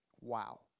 Wow